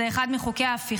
הרייטינג, זה אחד מחוקי ההפיכה.